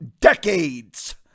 decades